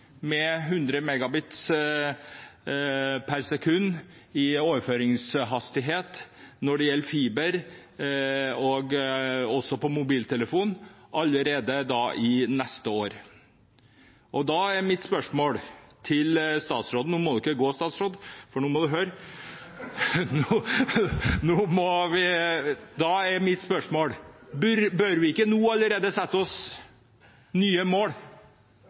med 100 Mbit/s i overføringshastighet når det gjelder fiber og mobiltelefon allerede neste år, er mitt spørsmål til statsråden, og nå må du ikke gå, statsråd, for nå må du høre: Bør vi ikke allerede nå sette oss nye mål